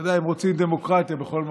רוצים דמוקרטיה בכל מקום.